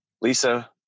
Lisa